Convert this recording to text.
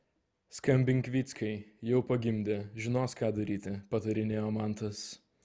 skambink vyckai jau pagimdė žinos ką daryti patarinėjo mantas